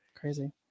Crazy